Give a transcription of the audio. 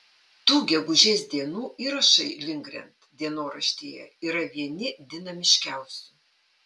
tų gegužės dienų įrašai lindgren dienoraštyje yra vieni dinamiškiausių